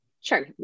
Sure